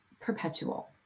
perpetual